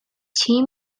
two